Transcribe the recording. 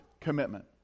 commitment